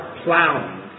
plowing